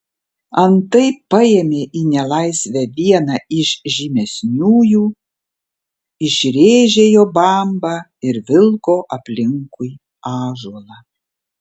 antai paėmė į nelaisvę vieną iš žymesniųjų išrėžė jo bambą ir vilko aplinkui ąžuolą